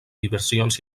diversions